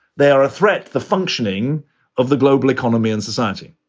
they are a threat. the functioning of the global economy and society.